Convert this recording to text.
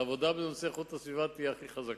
והעבודה בנושא איכות הסביבה תהיה הכי חזקה.